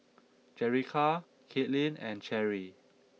Jerica Kaitlyn and Cherri